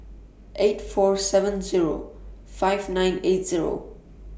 eight four seven Zero five nine eight Zero